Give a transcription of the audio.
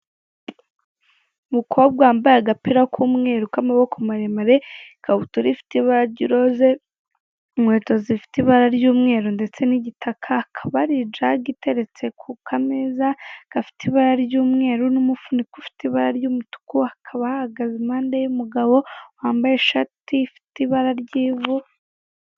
Umukobwa wambaye agapira k'umweru k'amaboko maremare, ikabutura ifite ibara ry'iroze, inkweto zifite ibara ry'umweru ndetse n'igitaka, hakaba hari ijagi iteretse ku kameza gafite ibara ry'umweru n'umufuniko ufite ibara ry'umutuku, hakaba hahagaze impande ye umugabo wambaye ishati ifite ibara ry'ivu.